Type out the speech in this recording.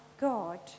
God